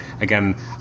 again